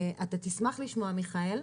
אתה תשמח לשמוע, מיכאל,